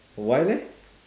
why leh